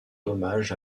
hommage